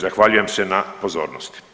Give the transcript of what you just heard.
Zahvaljujem se na pozornosti.